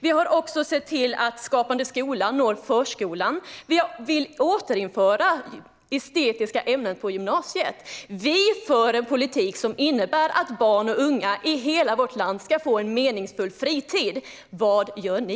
Vi har också sett till att Skapande skola når förskolan. Vi vill återinföra estetiska ämnen på gymnasiet. Vi för en politik som innebär att barn och unga i hela vårt land ska få en meningsfull fritid. Vad gör ni?